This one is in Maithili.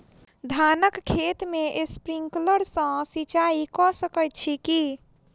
धानक खेत मे स्प्रिंकलर सँ सिंचाईं कऽ सकैत छी की?